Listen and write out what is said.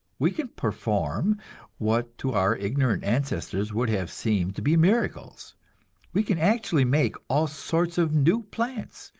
we can perform what to our ignorant ancestors would have seemed to be miracles we can actually make all sorts of new plants,